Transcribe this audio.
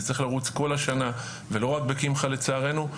זה צריך לרוץ כל השנה ולא רק בקמחא לצערנו,